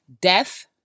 death